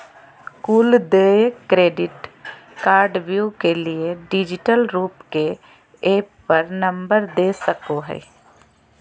कुल देय क्रेडिट कार्डव्यू के लिए डिजिटल रूप के ऐप पर नंबर दे सको हइ